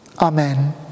Amen